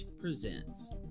presents